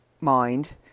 mind